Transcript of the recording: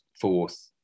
fourth